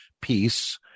Peace